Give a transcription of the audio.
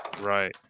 right